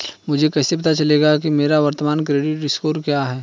मुझे कैसे पता चलेगा कि मेरा वर्तमान क्रेडिट स्कोर क्या है?